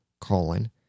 colon